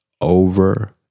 over